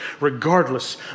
regardless